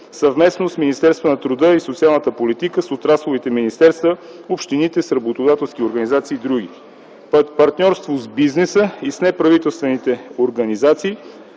съвместно с Министерството на труда и социалната политика, с отрасловите министерства, с общините, с работодателски организации и др., в партньорство с бизнеса и с неправителствените организации,